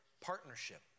partnership